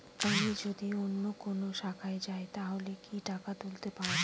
আমি যদি অন্য কোনো শাখায় যাই তাহলে কি টাকা তুলতে পারব?